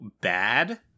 bad